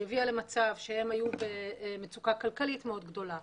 שהביאה למצב שהן היו במצוקה כלכלית מאוד גדולה,